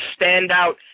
standout